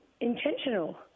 intentional